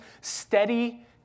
steady